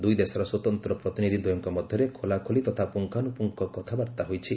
ଦୁଇ ଦେଶର ସ୍ୱତନ୍ତ୍ର ପ୍ରତିନିଧି ଦ୍ୱୟଙ୍କ ମଧ୍ୟରେ ଖୋଲାଖୋଲି ତଥା ପୁଙ୍ଗାନୁପୁଙ୍ଗ କଥାବାର୍ତ୍ତା ହୋଇଛି